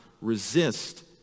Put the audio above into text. resist